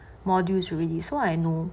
modules already so I know